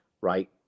right